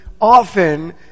Often